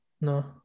no